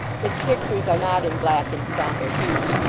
its pictures are not in black and sombre hues,